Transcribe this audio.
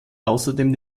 außerdem